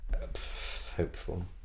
hopeful